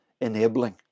enabling